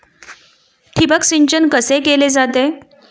ठिबक सिंचन कसे केले जाते?